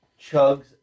chugs